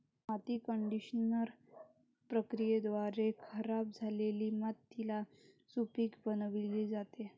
माती कंडिशनर प्रक्रियेद्वारे खराब झालेली मातीला सुपीक बनविली जाते